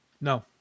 No